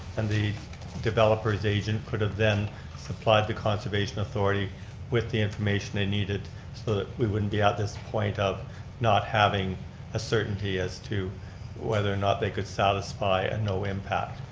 and the developers agent's could have then supplied the conservation authority with the information they needed so that we wouldn't be at this point of not having a certainty as to whether or not they could satisfy a no impact.